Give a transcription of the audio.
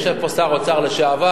יושב פה שר אוצר לשעבר,